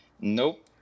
Nope